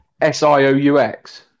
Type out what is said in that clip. s-i-o-u-x